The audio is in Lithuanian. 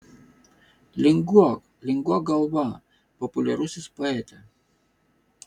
linguok linguok galva populiarusis poete